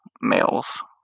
males